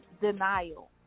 denial